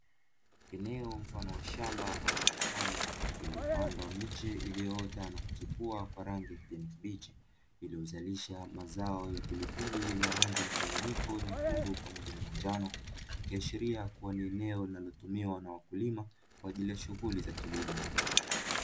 Eneo mfano wa shamba ama bustani iliyopandwa miche iliyoota na kuchipua kwa rangi ya kijani kibichi iliyozalisha mazao ya pilipili yenye rangi mchanganyiko nyekundu pamoja na manjano, ikiashiria kuwa ni eneo linalotumiwa na wakulima kwa ajili ya shughuli za kilimo.